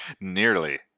Nearly